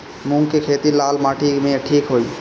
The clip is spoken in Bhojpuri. मूंग के खेती लाल माटी मे ठिक होई?